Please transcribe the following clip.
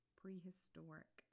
prehistoric